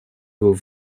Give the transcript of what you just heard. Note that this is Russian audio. его